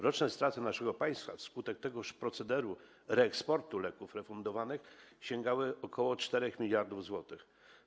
Roczne straty naszego państwa wskutek tegoż procederu reeksportu leków refundowanych sięgały około 4 mld zł.